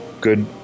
good